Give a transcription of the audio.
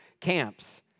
camps